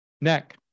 Neck